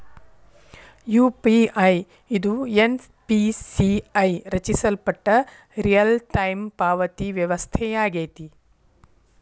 UPI ಇದು NPCI ರಚಿಸಲ್ಪಟ್ಟ real time ಪಾವತಿ ವ್ಯವಸ್ಥೆಯಾಗೆತಿ